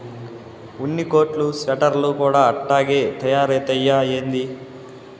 ఉన్ని కోట్లు స్వెటర్లు కూడా అట్టాగే తయారైతయ్యా ఏంది